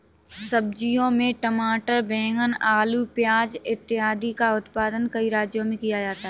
सब्जियों में टमाटर, बैंगन, आलू, प्याज इत्यादि का उत्पादन कई राज्यों में किया जाता है